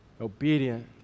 Obedient